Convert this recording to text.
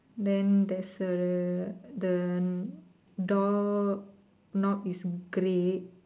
then there's a the door knob is grey